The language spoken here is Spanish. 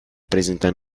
presentan